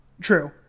True